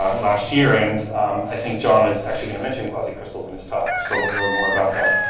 last year, and i think john is actually gonna mention quasicrystals in his talk, so we'll hear more about that.